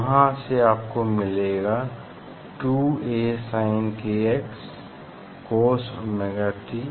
वहाँ से आपको मिलेगा 2AsinkxCos ओमेगा टी